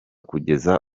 kugeza